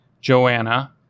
Joanna